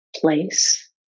place